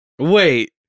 Wait